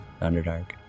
Underdark